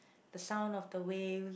the sound of the waves